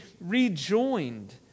rejoined